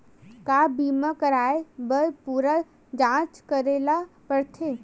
का बीमा कराए बर पूरा जांच करेला पड़थे?